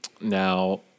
Now